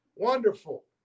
Wonderful